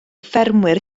ffermwyr